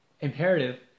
imperative